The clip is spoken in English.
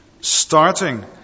starting